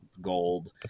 gold